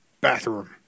bathroom